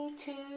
two,